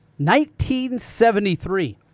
1973